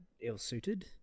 ill-suited